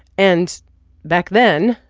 and back then,